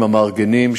עם המארגנים,